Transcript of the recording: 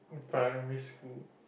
primary school